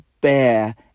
bear